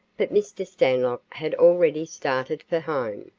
but mr. stanlock had already started for home.